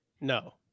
No